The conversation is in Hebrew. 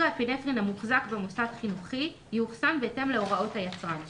אפינפרין המוחזק במוסד חינוכי יאוחסן בהתאם להוראות היצרן שלו.